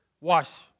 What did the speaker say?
wash